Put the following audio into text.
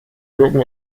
mücken